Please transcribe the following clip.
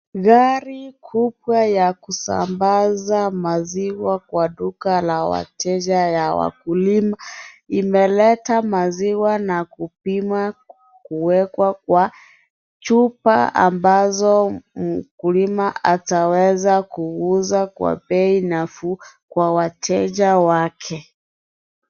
Gari kubwa ya kusambaza maziwa kwa duka la wateja ya wakulima, imeleta maziwa na kupima kuwekwa kwa chupa, ambazo mkulima ataweza kuuza kwa bei nafuu kwa wateja wake.